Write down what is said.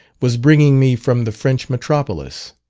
was bringing me from the french metropolis.